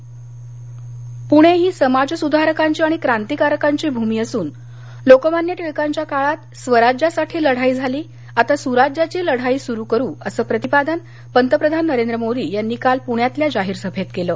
पंतप्रधान पणेबीड सातारा पुणे ही समाजसुधारकांची आणि क्रांतीकारकांची भूमी असून लोकमान्य टिळकांच्या काळात स्वराज्यासाठी लढाई झाली आता सुराज्याची लढाई सुरू करू असं प्रतिपादन पंतप्रधान नरेंद्र मोदी यांनी काल पुण्यातल्या जाहीर सभेत केलं